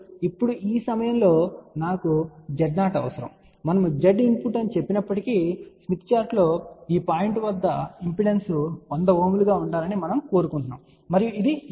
ఇప్పుడు ఈ సమయంలో నాకు Z0 అవసరం మనము Z ఇన్పుట్ అని చెప్పినప్పటికీ స్మిత్ చార్ట్ లో ఈ పాయింట్ వద్ద ఇంపిడెన్స్ 100 Ω గా ఉండాలని మనము కోరుకుంటున్నాము మరియు ఇది 50